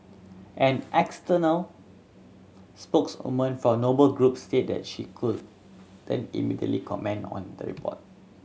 an external spokeswoman for Noble Groups said that she couldn't immediately comment on the report